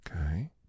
okay